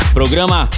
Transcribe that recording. programa